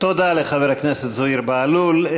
תודה לחבר הכנסת זוהיר בהלול.